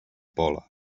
pola